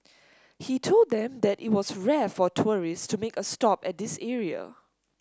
he told them that it was rare for tourists to make a stop at this area